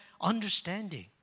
understanding